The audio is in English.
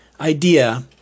idea